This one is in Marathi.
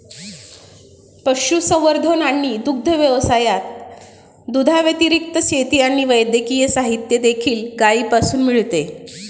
पशुसंवर्धन आणि दुग्ध व्यवसायात, दुधाव्यतिरिक्त, शेती आणि वैद्यकीय साहित्य देखील गायीपासून मिळते